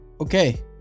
okay